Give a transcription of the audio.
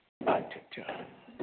ਅੱਛਾ ਅੱਛਾ